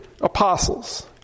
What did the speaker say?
apostles